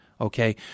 okay